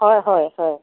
হয় হয় হয়